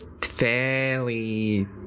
fairly